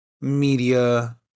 media